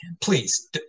Please